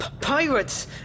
pirates